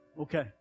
okay